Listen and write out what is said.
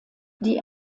die